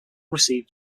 received